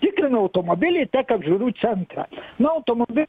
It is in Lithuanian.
tikrinau automobilį tiek apžiūrų centrą nuo automobil